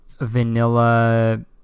vanilla